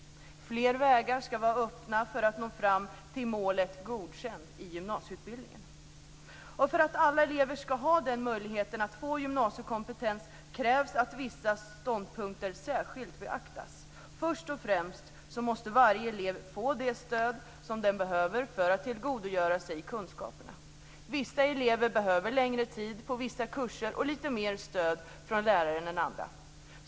Fler vägar skall vara öppna för att nå fram till målet godkänd i gymnasieutbildningen. För att alla elever skall ha en möjlighet att få gymnasiekompetens krävs det att vissa ståndpunkter särskilt beaktas. Först och främst måste varje elev få det stöd som behövs för att eleven skall kunna tillgodogöra sig kunskaperna. Vissa elever behöver längre tid på vissa kurser och lite mer stöd från läraren än andra.